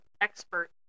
expert